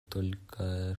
только